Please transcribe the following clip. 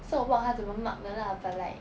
so 我不知道他怎么 mark 的 lah but like